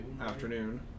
Afternoon